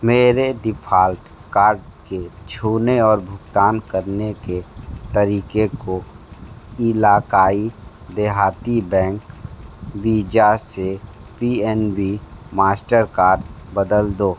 मेरे default card के छूने और भुगतान करने के तरीके को इलाक़ाई देहाती बैंक वीजा से पी एन बी मास्टरकार्ड बदल दो